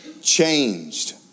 changed